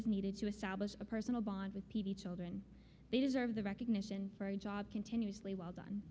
is needed to establish a personal bond with p v children they deserve the recognition for a job continuously well done